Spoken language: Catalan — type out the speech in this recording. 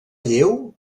lleu